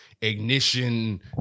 Ignition